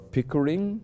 Pickering